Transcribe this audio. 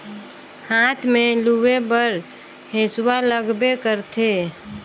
हाथ में लूए बर हेसुवा लगबे करथे